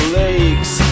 lakes